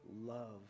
love